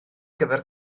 gyfer